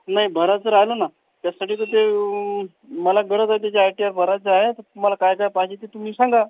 नाही भराल तर आलं ना त्याचसाठी तर ते मला गरज आहे त्याची आय टी आर भरायचं आहे तुम्हाला काय काय पाहिजे ते तुम्ही सांगा